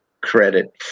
credit